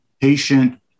patient